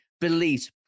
beliefs